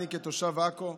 אני, כתושב עכו,